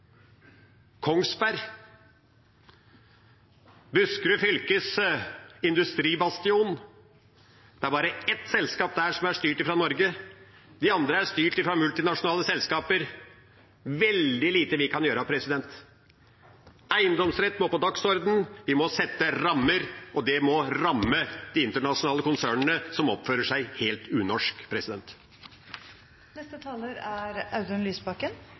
Kongsberg, Buskerud fylkes industribastion, er det bare ett selskap som er styrt fra Norge, de andre er styrt fra multinasjonale selskaper. Det er veldig lite vi kan gjøre. Eiendomsrett må på dagordenen, vi må sette rammer, og det må ramme de internasjonale konsernene som oppfører seg helt unorsk.